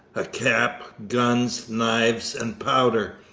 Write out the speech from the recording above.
a cap, guns, knives, and powder,